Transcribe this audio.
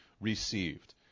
Received